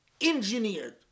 Engineered